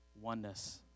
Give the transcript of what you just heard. oneness